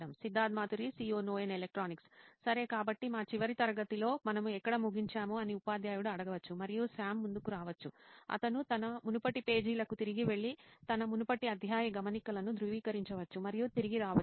Siddharth Maturi CEO నోయిన్ electronics సరే కాబట్టి మా చివరి తరగతిలో మనము ఎక్కడ ముగించాము అని ఉపాధ్యాయుడు అడగవచ్చు మరియు సామ్ ముందుకు రావచ్చు అతను తన మునుపటి పేజీలకు తిరిగి వెళ్లి తన మునుపటి అధ్యాయ గమనికలను ధృవీకరించవచ్చు మరియు తిరిగి రావచ్చు